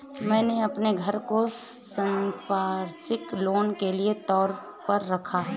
मैंने अपने घर को संपार्श्विक लोन के तौर पर रखा है